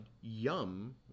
Yum